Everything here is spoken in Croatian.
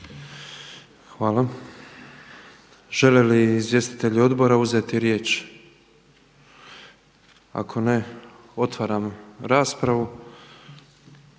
Hvala. Žele li izvjestitelji odbora uzeti riječ? Ako ne, otvaram raspravu.